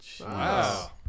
Wow